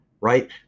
right